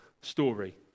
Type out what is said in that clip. story